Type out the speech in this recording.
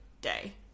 day